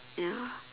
ya